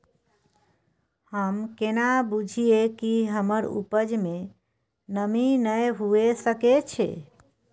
हम केना बुझीये कि हमर उपज में नमी नय हुए सके छै?